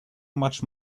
much